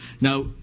Now